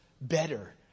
better